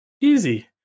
Easy